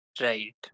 Right